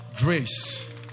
grace